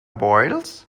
boils